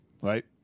Right